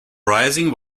rising